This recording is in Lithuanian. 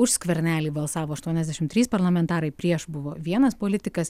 už skvernelį balsavo aštuoniasdešim trys parlamentarai prieš buvo vienas politikas